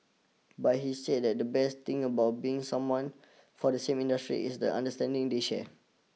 but he said that the best thing about being someone from the same industry is the understanding they share